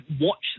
watch